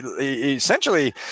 essentially